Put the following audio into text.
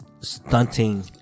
Stunting